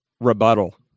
rebuttal